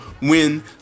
win